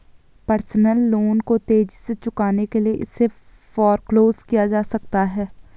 personal loan को तेजी से चुकाने के लिए इसे फोरक्लोज किया जा सकता है